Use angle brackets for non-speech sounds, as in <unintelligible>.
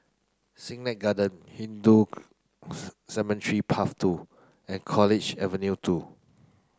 Siglap Garden Hindu <unintelligible> Cemetery Path two and College Avenue two